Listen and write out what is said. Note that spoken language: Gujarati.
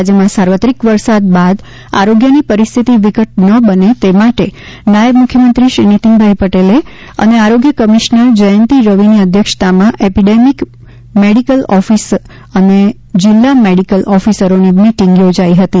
રાજ્યમાં સાર્વત્રિક વરસાદ બાદ આરોગ્યની પરિસ્થિતિ વિકટ ન બને તે માટે નાયબ મુખ્યમંદ્દી શ્રી નીતિનભાઇ પટેલ અને આરોગ્ય કમિશ્નર જયંતિ રવિની અધ્યક્ષતામાં એપિડેમીક મેડિકલ ઓફિસ અને જિલ્લા મેડીકલ ઓફિસરોની મિટીંગ યોજા હિતી